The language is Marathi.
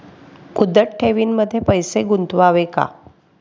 मुदत ठेवींमध्ये पैसे गुंतवावे का?